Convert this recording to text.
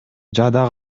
жада